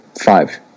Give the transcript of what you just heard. five